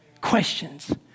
questions